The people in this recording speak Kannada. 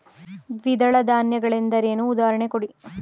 ದ್ವಿದಳ ಧಾನ್ಯ ಗಳೆಂದರೇನು, ಉದಾಹರಣೆ ಕೊಡಿ?